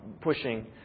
pushing